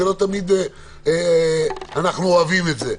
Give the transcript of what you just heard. לא תמיד אנחנו אוהבים את זה,